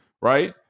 right